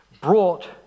brought